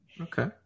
Okay